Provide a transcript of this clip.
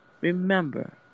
remember